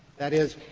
that is,